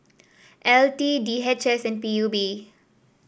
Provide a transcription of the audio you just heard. L T D H S and P U B